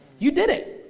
you did it,